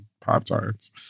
Pop-Tarts